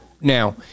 now